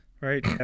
Right